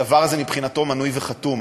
הדבר הזה מבחינתו מנוי וחתום.